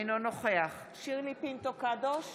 אינו נוכח שירלי פינטו קדוש,